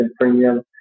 premium